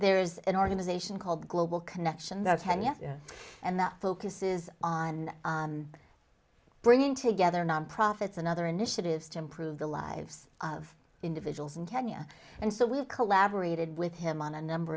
there's an organization called global connection that's ten yes and that focuses on bringing together non profits and other initiatives to improve the lives of individuals in kenya and so we have collaborated with him on a number